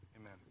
Amen